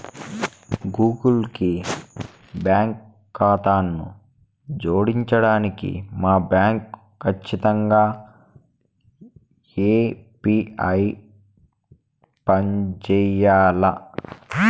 Google కి బాంకీ కాతాను జోడించడానికి మా బాంకీ కచ్చితంగా యూ.పీ.ఐ పంజేయాల్ల